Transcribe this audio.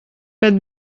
bet